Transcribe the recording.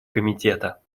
комитета